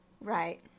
Right